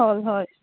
হয় হয়